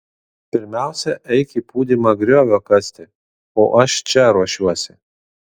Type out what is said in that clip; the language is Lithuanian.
pirmiausia eik į pūdymą griovio kasti o aš čia ruošiuosi